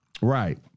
Right